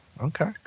okay